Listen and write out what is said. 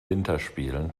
winterspielen